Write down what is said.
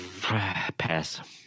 Pass